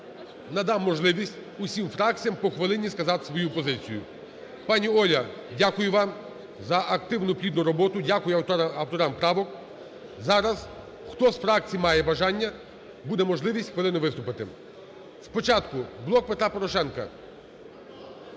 надам можливість всім фракціям по хвилині сказати свою позицію. Пані Оля, дякую вам за активну, плідну роботу. Дякую авторам правок. Зараз, хто з фракцій має бажання, буде можливість хвилину виступити. Спочатку "Блок Петра